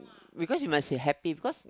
because you must say happy because